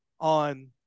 on